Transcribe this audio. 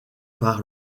par